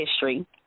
history